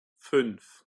fünf